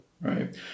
right